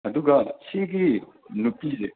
ꯑꯗꯨꯒ ꯁꯤꯒꯤ ꯅꯨꯄꯤꯁꯦ